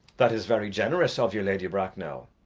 that is very generous of you, lady bracknell.